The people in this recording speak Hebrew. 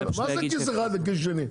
מה זה כיס אחד לכיס שני?